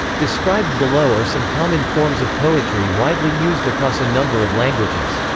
described below are some common forms of poetry widely used across a number of languages.